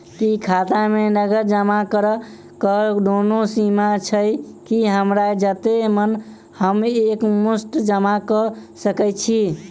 की खाता मे नगद जमा करऽ कऽ कोनो सीमा छई, की हमरा जत्ते मन हम एक मुस्त जमा कऽ सकय छी?